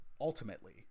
ultimately